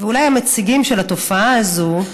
ואולי המציגים של התופעה הזאת,